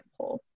poll